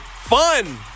Fun